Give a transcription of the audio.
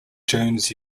jones